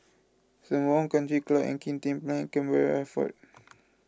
Sembawang Country Club and Kim Tian Place Camborne